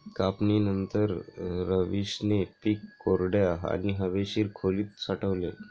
कापणीनंतर, रवीशने पीक कोरड्या आणि हवेशीर खोलीत साठवले